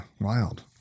wild